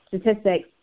statistics